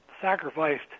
sacrificed